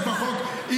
הכול יש בחוק.